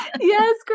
Yes